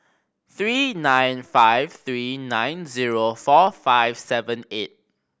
three nine five three nine zero four five seven eight